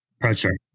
Pressure